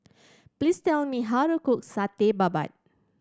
please tell me how to cook Satay Babat